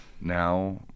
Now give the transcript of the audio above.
Now